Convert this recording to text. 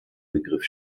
begriff